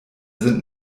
sind